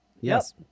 Yes